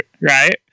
right